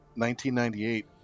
1998